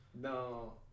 No